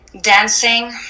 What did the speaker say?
dancing